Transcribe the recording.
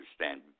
understand